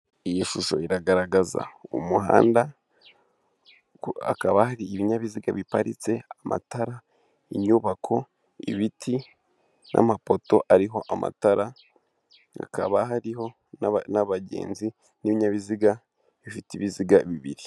Iyi shusho iragaragaza umuhanda hakaba hari ibinyabiziga biparitse, amatara, inyubako, ibiti n'amapoto ariho amatara, hakaba hariho n'abagenzi, n'ibinyabiziga bifite ibiziga bibiri.